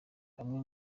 bamwe